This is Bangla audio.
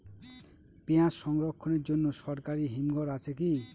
পিয়াজ সংরক্ষণের জন্য সরকারি হিমঘর আছে কি?